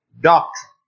doctrine